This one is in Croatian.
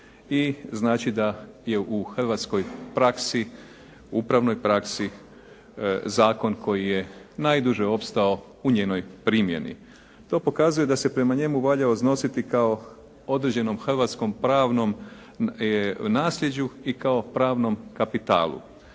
i znači da je u hrvatskoj praksi, upravnoj praksi zakon koji je najduže opstao u njenoj primjeni. To pokazuje da se prema njemu valja odnositi kao određenom hrvatskom pravnom nasljeđu i kao pravnom kapitalu